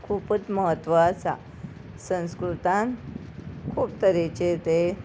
खुबूच म्हत्व आसा संस्कृतान खूब तरेचे ते